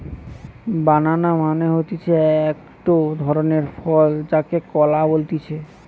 বানানা মানে হতিছে একটো ধরণের ফল যাকে কলা বলতিছে